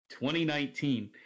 2019